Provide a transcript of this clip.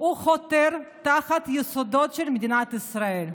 חותר תחת היסודות של מדינת ישראל.